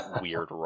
weird